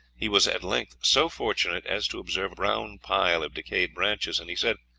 he was at length so fortunate as to observe a brown pile of decayed branches, and he said,